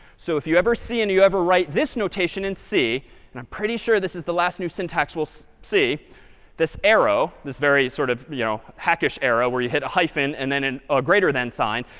so if you ever see and you ever write this notation in c and i'm pretty sure this is the last new syntax we'll so see this arrow, this very sort of you know hackish era where you hit a hyphen and then a greater than sign,